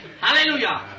Hallelujah